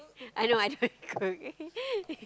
I know I don't go okay